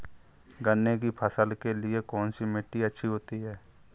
गन्ने की फसल के लिए कौनसी मिट्टी अच्छी होती है?